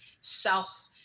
self